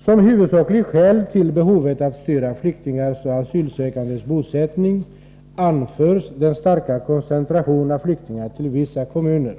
Som huvudsakligt skäl till behovet att styra flyktingars och asylsökandes bosättning anförs den starka koncentrationen av flyktingar till vissa kommuner.